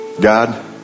God